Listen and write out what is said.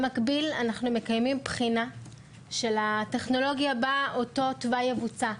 במקביל אנחנו מקיימים בחינה של הטכנולוגיה בה אותו תוואי יבוצע.